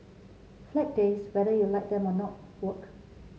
Flag Days whether you like them or not work